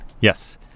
Yes